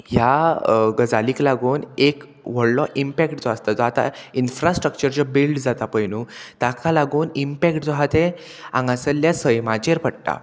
ह्या गजालीक लागून एक व्हडलो इमपॅक्ट जो आसता जो आतां इन्फ्रास्ट्रक्चर जो बिल्ड जाता पय न्हू ताका लागून इमपॅक्ट जो आहा ते हांगासल्ल्या सैमाचेर पडटा